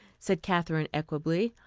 said katherine equably.